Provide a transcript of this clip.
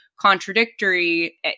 contradictory